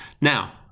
Now